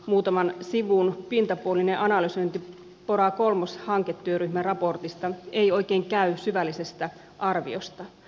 muutaman sivun pintapuolinen analysointi pora kolmonen hanketyöryhmän raportista ei oikein käy syvällisestä arviosta